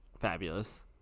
Fabulous